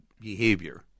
behavior